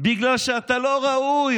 בגלל שאתה לא ראוי.